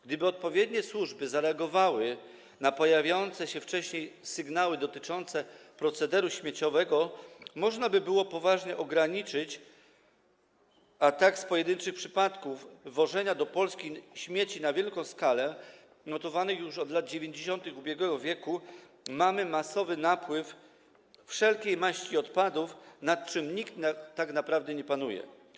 Gdyby odpowiednie służby zareagowały na pojawiające się wcześniej sygnały dotyczące procederu śmieciowego, można by było to poważnie ograniczyć, a tak z pojedynczych przypadków wwożenia do Polski śmieci na wielką skalę, notowanych już od lat 90. ubiegłego wieku powstał masowy napływ wszelkiej maści odpadów, nad czym nikt tak naprawdę nie panuje.